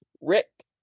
Rick